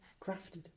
crafted